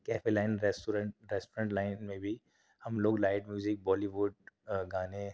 cafe line restaurant restaurant line میں بھی ہم لوگ لائٹ میوزک بالی ووڈ گانے